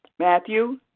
Matthew